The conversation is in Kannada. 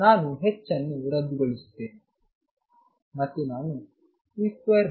ನಾನು m h ಅನ್ನು ರದ್ದುಗೊಳಿಸುತ್ತೇನೆ ಮತ್ತು ನಾನು c2vparticle